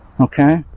Okay